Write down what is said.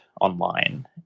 online